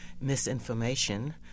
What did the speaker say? misinformation